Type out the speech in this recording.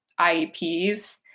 IEPs